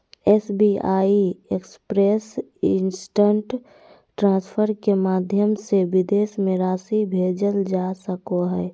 SBI express instant transfer के माध्यम से विदेश में राशि भेजल जा सको हइ